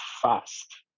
fast